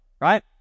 Right